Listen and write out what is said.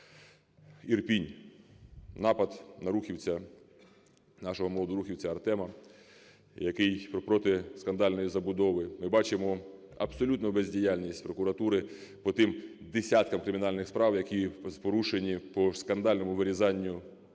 Ірпінь – напад на рухівця, нашого молодого рухівця Артема, який проти скандальної забудови. Ми бачимо абсолютну бездіяльність прокуратури по тим десяткам кримінальних справ, які порушені по скандальному вирізанню лісів.